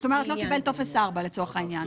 זאת אומרת, לא קיבל טופס 4, לצורך העניין.